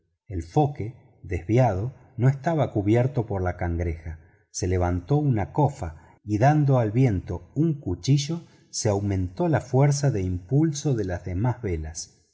foque desviado no estaba cubierto por la cangreja se levantó una cofa y dando al viento un cuchillo se aumentó la fuerza del impulso de las demás velas